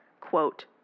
Quote